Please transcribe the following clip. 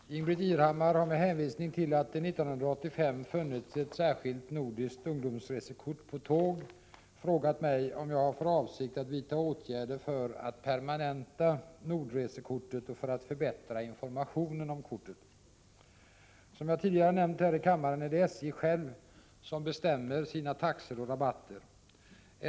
Herr talman! Ingbritt Irhammar har med hänvisning till att det 1985 funnits ett särskilt nordiskt ungdomsresekort på tåg frågat mig om jag har för avsikt att vidta åtgärder för att permanenta Nordresekortet och för att förbättra informationen om kortet. Som, jag tidigare nämnt här i kammaren är det SJ självt som bestämmer sina taxor och rabatter.